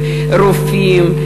רופאים,